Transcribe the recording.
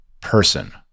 person